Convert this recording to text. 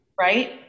right